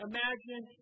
Imagine